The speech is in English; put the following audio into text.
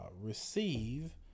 receive